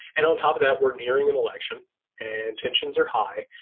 and on top of that, we're nearing an election and tensions are high.